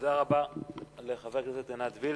תודה רבה לחברת הכנסת עינת וילף.